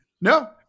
No